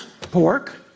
pork